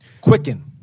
Quicken